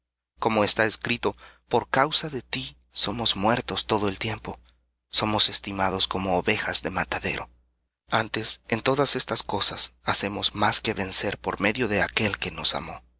como está escrito por causa de ti somos muertos todo el tiempo somos estimados como ovejas de matadero antes en todas estas cosas hacemos más que vencer por medio de aquel que nos amó